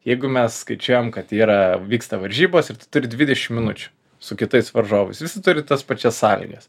jeigu mes skaičiuojam kad yra vyksta varžybos ir tu turi dvidešim minučių su kitais varžovais visi turi tas pačias sąlygas